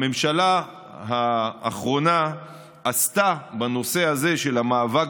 הממשלה האחרונה עשתה בנושא הזה של המאבק